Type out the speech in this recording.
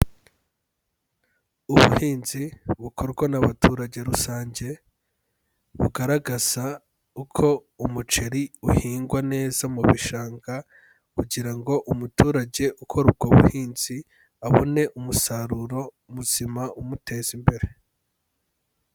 Ubuhinzi bukorwa n'abaturage rusange, bugaragaza uko umuceri uhingwa neza mu bishanga kugira ngo umuturage ukora ubwo buhinzi abone umusaruro muzima umuteza imbere.